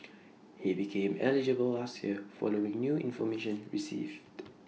he became eligible last year following new information received